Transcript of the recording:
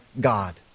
God